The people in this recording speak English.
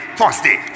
Thursday